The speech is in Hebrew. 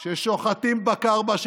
זה קורה עכשיו.